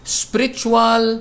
spiritual